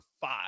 five